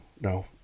No